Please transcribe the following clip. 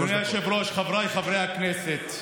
אדוני היושב-ראש, חבריי חברי הכנסת,